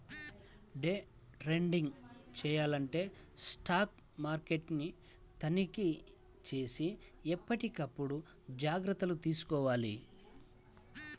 day trading చెయ్యాలంటే stock మార్కెట్ని తనిఖీచేసి ఎప్పటికప్పుడు జాగర్తలు తీసుకోవాలి